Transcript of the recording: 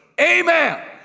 Amen